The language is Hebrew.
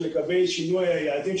לגבי שינוי היעדים,